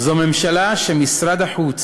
זו ממשלה שמשרד החוץ,